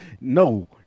no